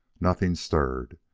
nothing stirred.